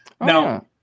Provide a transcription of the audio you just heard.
Now